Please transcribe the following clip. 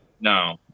no